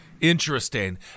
Interesting